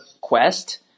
Quest